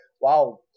Wow